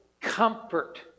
comfort